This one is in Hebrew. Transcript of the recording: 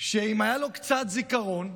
שאם היה לו קצת זיכרון,